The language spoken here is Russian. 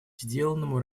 сделанному